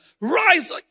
rise